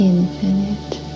Infinite